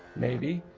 maybe.